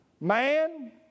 Man